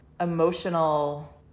emotional